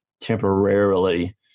temporarily